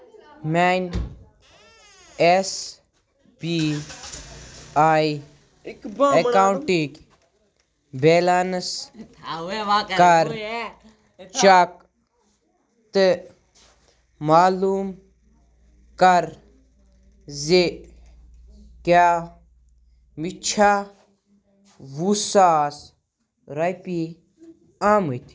میانہِ S B I اکاونٹٕکۍ balance کَر چیک تہٕ معلوٗم کَر زِ کیٛاہ مےٚ چھےٚ وُہ ساس رۄپیہِ آمٕتۍ